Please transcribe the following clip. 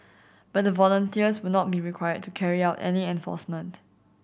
but the volunteers will not be required to carry out any enforcement